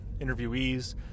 interviewees